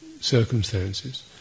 circumstances